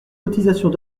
cotisations